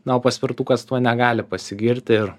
na o paspirtukas tuo negali pasigirti ir